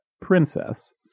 princess